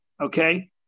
okay